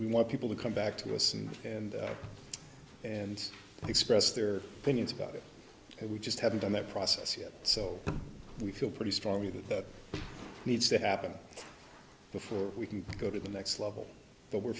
we want people to come back to us and and and express their opinions about it and we just haven't done that process yet so we feel pretty strongly that needs to happen before we can go to the next level but we're